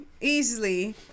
Easily